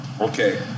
Okay